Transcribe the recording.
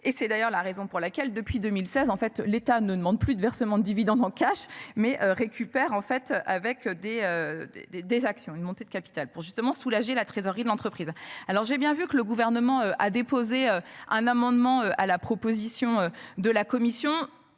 et c'est d'ailleurs la raison pour laquelle depuis 2016 en fait, l'État ne demande plus de versement de dividende en cash, mais récupère en fait avec des des des des actions une montée de capital pour justement soulager la trésorerie de l'entreprise. Alors j'ai bien vu que le gouvernement a déposé un amendement à la proposition de la Commission